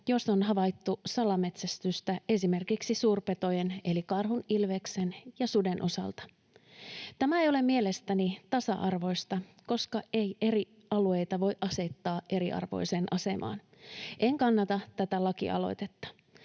jos on havaittu salametsästystä esimerkiksi suurpetojen, eli karhun, ilveksen ja suden, osalta. Tämä ei ole mielestäni tasa-arvoista, koska ei eri alueita voi asettaa eriarvoiseen asemaan. En kannata tätä lakialoitetta.